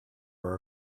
are